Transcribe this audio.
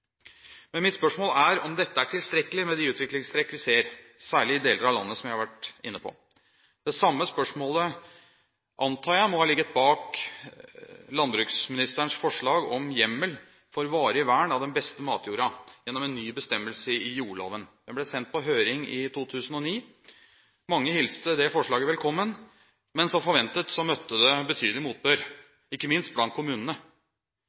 Men mitt spørsmål er om dette er tilstrekkelig med de utviklingstrekk vi ser, særlig i de delene av landet jeg var inne på. Det samme spørsmålet antar jeg må ha ligget bak landbruksministerens forslag om hjemmel for varig vern av den beste matjorda gjennom en ny bestemmelse i jordlova – den ble sendt på høring i 2009. Mange hilste det forslaget velkommen, men som forventet møtte det betydelig motbør, ikke minst blant kommunene.